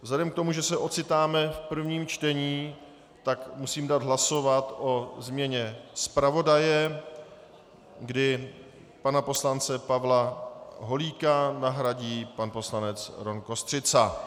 Vzhledem k tomu, že se ocitáme v prvním čtení, tak musím dát hlasovat o změně zpravodaje, kdy pana poslance Pavla Holíka nahradí pan poslanec Rom Kostřica.